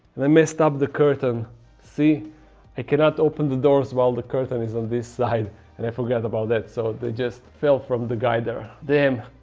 and i messed up the curtain see i cannot open the doors while the curtain is on this slide and i forget about that so they just fell from the guider them.